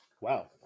Wow